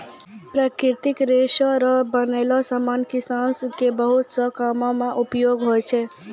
प्राकृतिक रेशा रो बनलो समान किसान के बहुत से कामो मे उपयोग हुवै छै